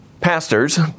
pastors